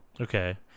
Okay